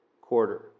quarter